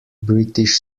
british